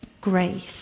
Grace